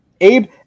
Abe